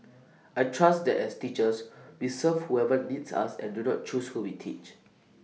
I trust that as teachers we serve whoever needs us and do not choose who we teach